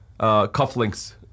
cufflinks